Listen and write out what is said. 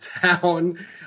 town